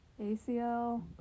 ACL